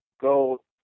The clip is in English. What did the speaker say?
go